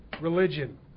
religion